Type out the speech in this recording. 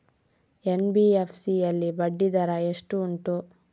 NBFC ಯಲ್ಲಿ ಬಡ್ಡಿ ದರ ಎಷ್ಟು ಉಂಟು?